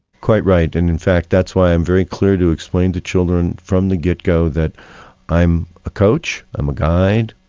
quite right and in fact that's why i'm very clear to explain to children from the get go that i'm a coach, i'm a guide,